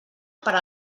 per